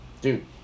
Dude